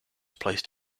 placed